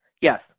Yes